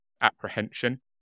apprehension